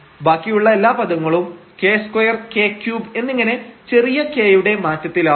ബാക്കിയുള്ള എല്ലാ പദങ്ങളും k2 k3 എന്നിങ്ങനെ ചെറിയ k യുടെ മാറ്റത്തിലാവും